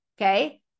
Okay